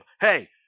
Hey